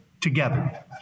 together